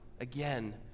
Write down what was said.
again